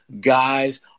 guys